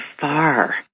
far